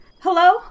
Hello